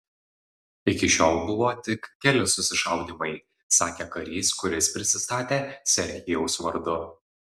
iki šiol buvo tik keli susišaudymai sakė karys kuris prisistatė serhijaus vardu